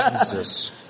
Jesus